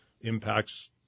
impacts